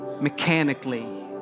mechanically